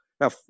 Now